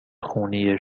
خونی